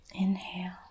Inhale